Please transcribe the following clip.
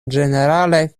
ĝenerale